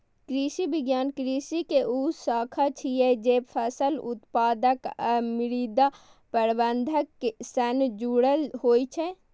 कृषि विज्ञान कृषि के ऊ शाखा छियै, जे फसल उत्पादन आ मृदा प्रबंधन सं जुड़ल होइ छै